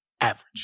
average